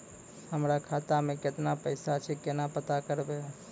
हमरा खाता मे केतना पैसा छै, केना पता करबै?